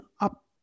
up